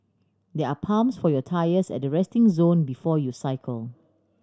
there are pumps for your tyres at the resting zone before you cycle